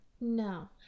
No